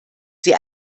sie